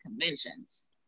conventions